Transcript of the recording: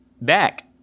back